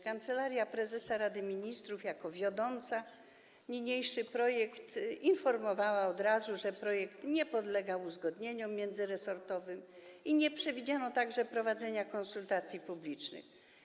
Kancelaria Prezesa Rady Ministrów, jako wiodąca niniejszy projekt, informowała od razu, że projekt nie podlega uzgodnieniom międzyresortowym i nie przewidziano także prowadzenia konsultacji publicznych.